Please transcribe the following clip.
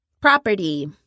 property